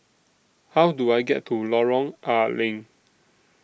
How Do I get to Lorong A Leng